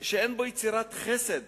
יצירת חסד